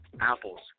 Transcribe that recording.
apples